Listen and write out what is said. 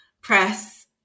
press